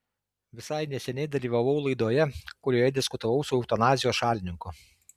visai neseniai dalyvavau laidoje kurioje diskutavau su eutanazijos šalininku